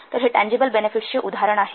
तर हे टँजिबल बेनेफिट्सचे उदाहरण आहे